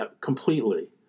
completely